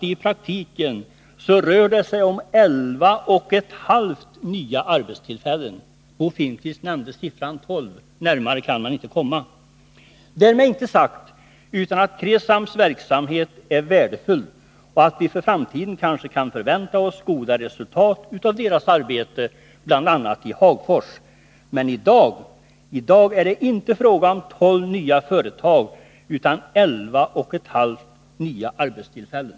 I praktiken rör det sig nämligen om 11,5 nya arbetstillfällen. Han nämnde siffran 12. Närmare kan man inte komma. Därmed inte sagt att KRESAM-gruppens verksamhet inte är värdefull. Kanske kan vi för framtiden förvänta oss goda resultat av dess arbete, bl.a. i Hagfors. Men i dag är det inte fråga om 12 nya företag utan om 11,5 nya arbetstillfällen.